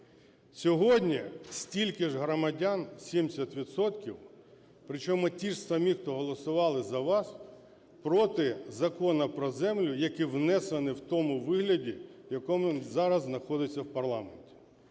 Сьогодні стільки ж громадян, 70 відсотків, причому тих же самих, хто голосували за вас, проти Закону про землю, який внесений в тому вигляді, в якому він зараз знаходиться в парламенті.